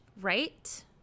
right